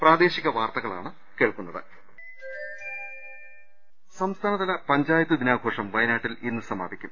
് സംസ്ഥാനതല പഞ്ചായത്ത് ദിനാഘോഷം വയനാട്ടിൽ ഇന്ന് സമാപിക്കും